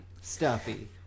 stuffy